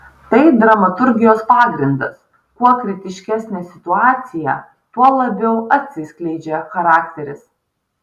tai dramaturgijos pagrindas kuo kritiškesnė situacija tuo labiau atsiskleidžia charakteris